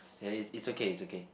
ya it's it's okay is okay